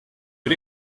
but